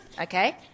Okay